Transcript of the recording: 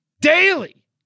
daily